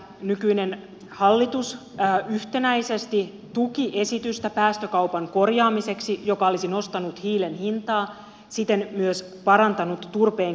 nykyinen hallitus yhtenäisesti tuki esitystä päästökaupan korjaamiseksi joka olisi nostanut hiilen hintaa siten myös parantanut turpeen kilpailukykyä